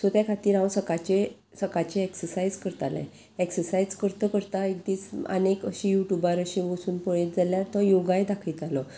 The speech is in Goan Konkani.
सो त्या खातीर हांव सकाळचे सकाळचे एक्सरसायज करताले एक्सरसायज करता करता एक दीस आनीक अशी यू ट्यूबार अशी वसून पळयत जाल्यार तो योगाय दाखयतालो